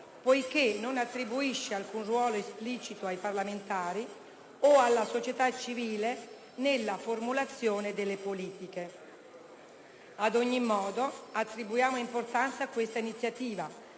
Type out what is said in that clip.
poiché non attribuisce alcun ruolo esplicito ai parlamentari o alla società civile nella formulazione delle politiche. Ad ogni modo, attribuiamo importanza a questa iniziativa